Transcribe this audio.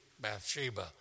Bathsheba